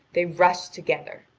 they rush together.